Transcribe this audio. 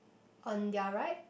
on their right